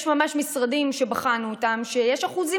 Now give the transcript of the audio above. יש משרדים שבחנו שיש בהם ממש אחוזים